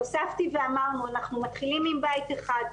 הוספתי ואמרנו שאנחנו מתחילים עם בית אחד,